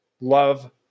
Love